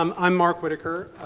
um i'm mark whitaker.